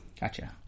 Gotcha